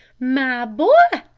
my boy,